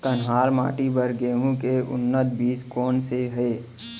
कन्हार माटी बर गेहूँ के उन्नत बीजा कोन से हे?